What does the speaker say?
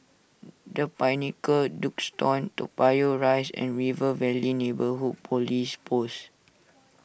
the Pinnacle Duxton Toa Payoh Rise and River Valley Neighbourhood Police Post